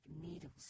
needles